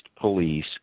police